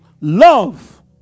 Love